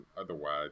otherwise